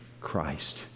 Christ